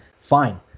Fine